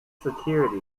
security